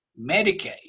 Medicaid